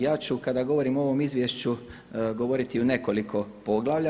Ja ću kada govorim o ovom izvješću govoriti o nekoliko poglavlja.